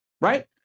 right